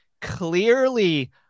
clearly